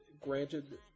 granted